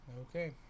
Okay